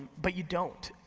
but you don't.